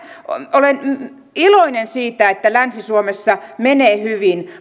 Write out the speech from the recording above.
olen iloinen siitä että länsi suomessa menee hyvin